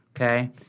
Okay